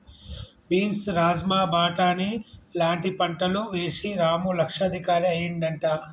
beans rajma బాటని లాంటి పంటలు వేశి రాము లక్షాధికారి అయ్యిండట